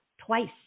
Twice